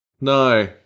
No